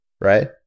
right